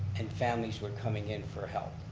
and families were coming in for help,